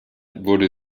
wurde